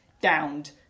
downed